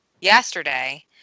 yesterday